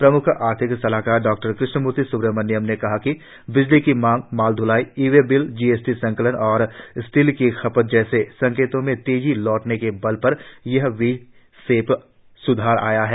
प्रम्ख आर्थिक सलाहकार डॉ कृष्णमूर्ति स्ब्रहमण्यन ने कहा कि बिजली की मांग माल ढ्लाई e way bill G S T संकलन और स्टील की खपत जैसे संकेतों में तेजी लौटने के बल पर ये वी शेप स्धार आया है